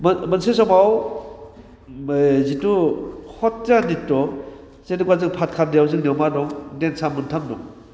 मोनसे समाव जिथु कट जानिथ' जेनेबा जों बाहाग खालामनायाव जोंनियाव मा दं डेन्सआ मोनथाम दं